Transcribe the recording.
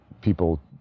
people